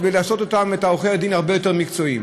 לעשות את עורכי הדין הרבה יותר מקצועיים.